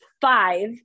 five